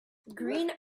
green